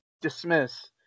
dismiss